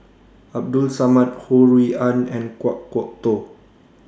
Abdul Samad Ho Rui An and Kan Kwok Toh